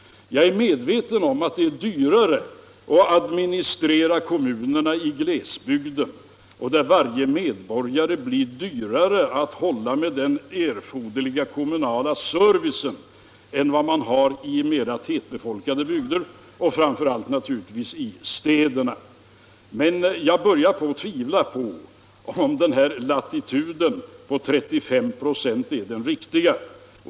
Jag är medveten om att det är dyrare att administrera kommunerna i glesbygden, där det blir dyrare att hålla varje medborgare med den erforderliga kommunala servicen än i mera tätbefolkade bygder, och framför allt naturligtvis i städerna, men jag börjar tvivla på att den här latituden på 35 96 är den riktiga.